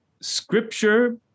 Scripture